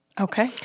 Okay